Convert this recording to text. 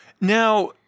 Now